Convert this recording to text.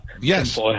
Yes